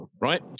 right